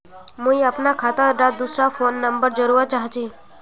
मुई अपना खाता डात दूसरा फोन नंबर जोड़वा चाहची?